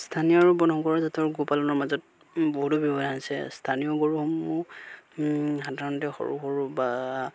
স্থানীয় আৰু বৰ্ণশংকৰ গোপালনৰ মাজত বহুতো ব্যৱধান আছে স্থানীয় গৰুসমূহ সাধাৰণতে সৰু সৰু বা